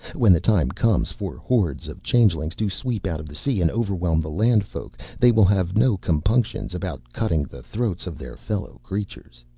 when the time comes for hordes of changelings to sweep out of the sea and overwhelm the landfolk, they will have no compunctions about cutting the throats of their fellow-creatures.